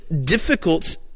difficult